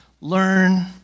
learn